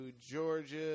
Georgia